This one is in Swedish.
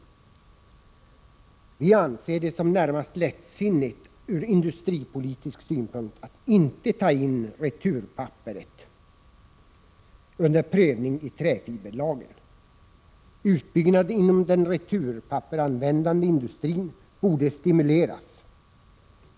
Vi anser det som närmast lättsinnigt ur industripolitisk synpunkt att inte ta in returpappret under prövning i träfiberlagen. Utbyggnaden inom den returpappersanvändande industrin borde stimuleras.